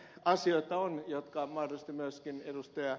tällainen asia joka mahdollisesti myöskin ed